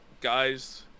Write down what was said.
guys